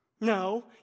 No